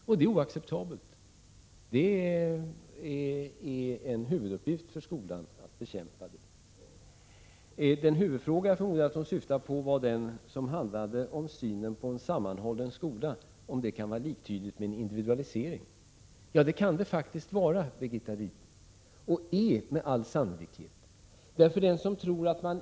Det är oacceptabelt. Att bekämpa det är en huvuduppgift för skolan. Den huvudfråga som jag förmodar att Birgitta Rydle syftade på är huruvida synsättet när det gäller en sammanhållen skola kan vara liktydigt med en individualisering. Ja, det kan det faktiskt vara, Birgitta Rydle. Och det är med all sannolikhet liktydigt med en individualisering.